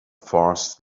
force